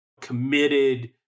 committed